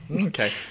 Okay